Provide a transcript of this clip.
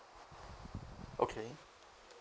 okay